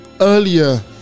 earlier